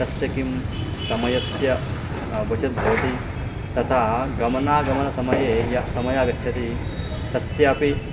तस्य किं समयस्य बचत् भवति तथा गमनागमनसमये यः समयः गच्छति तस्यापि